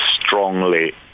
strongly